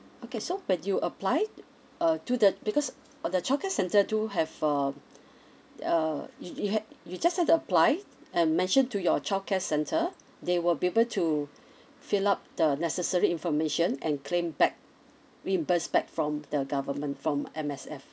okay so when you apply uh to the because uh the childcare centre do have um uh you you had you just have to apply and mention to your childcare centre they will be able to fill up the necessary information and claim back reimburse back from the government from M_S_F